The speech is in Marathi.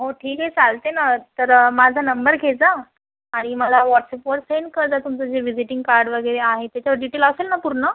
हो ठीक आहे चालते नं तर माझा नंबर घे आणि मला व्हॉट्सॲपवर सेन कर तुमचं जे व्हिजिटिंग कार्ड वगैरे आहे त्याच्यावर डिटेल असेल नं पूर्ण